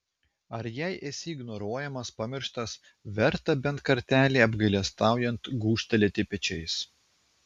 ar jei esi ignoruojamas pamirštas verta bent kartelį apgailestaujant gūžtelėti pečiais